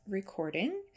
recording